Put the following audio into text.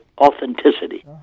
authenticity